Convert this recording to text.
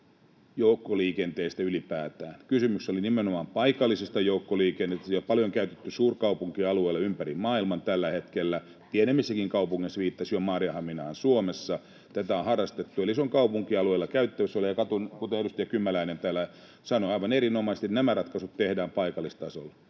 joukkoliikenteestä ylipäätään, kysymys oli nimenomaan paikallisesta joukkoliikenteestä. Tätä on paljon käytetty suurkaupunkialueilla ympäri maailman tällä hetkellä, pienemmissäkin kaupungeissa — viittasin jo Maarianhaminaan Suomessa — tätä on harrastettu, eli se on kaupunkialueilla käytössä oleva. Ja kuten edustaja Kymäläinen täällä sanoi aivan erinomaisesti, nämä ratkaisut tehdään paikallistasolla,